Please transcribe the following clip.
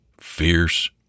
fierce